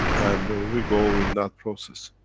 and we go in that process.